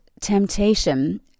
temptation